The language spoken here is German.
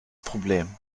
problem